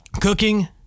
cooking